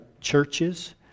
churches